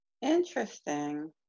interesting